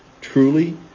truly